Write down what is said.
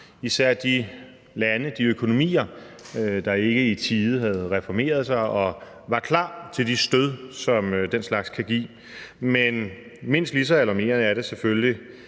især de lande, de økonomier, der ikke i tide havde reformeret sig og var klar til de stød, som den slags kan give. Men mindst lige så alarmerende er det selvfølgelig